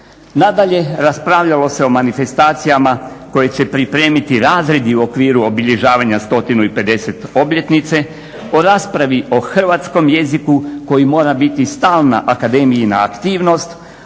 Nadalje, raspravljalo se o manifestacijama koje će pripremiti razredi u okviru obilježavanja 150 obljetnice, o raspravi i o hrvatskom jeziku koji mora biti stalna akademijina aktivnost